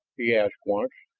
he asked once,